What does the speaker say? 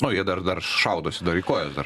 o jie dar dar šaudosi dar į kojas dar